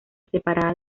separada